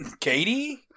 Katie